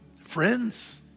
friends